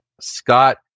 Scott